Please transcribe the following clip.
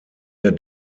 der